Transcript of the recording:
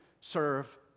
serve